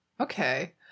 Okay